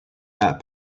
that